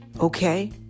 Okay